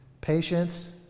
patience